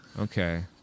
Okay